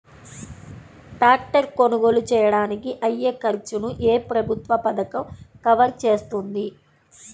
Tractor కొనుగోలు చేయడానికి అయ్యే ఖర్చును ఏ ప్రభుత్వ పథకం కవర్ చేస్తుంది?